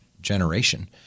generation